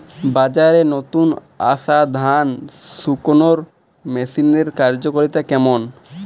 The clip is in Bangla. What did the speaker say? বাজারে নতুন আসা ধান শুকনোর মেশিনের কার্যকারিতা কেমন?